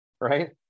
Right